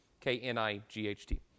K-N-I-G-H-T